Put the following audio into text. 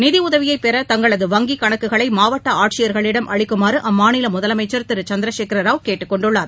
நிதியுதவியை பெற தங்களது வங்கி கணக்குகளை மாவட்ட ஆட்சியர்களிடம் அளிக்குமாறு அம்மாநில முதலமைச்சர் திரு சந்திரசேகர் ராவ் கேட்டுக்கொண்டுள்ளார்